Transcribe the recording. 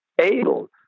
able